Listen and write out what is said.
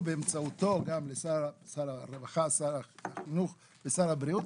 ובאמצעותו גם לשר החינוך ושר הבריאות,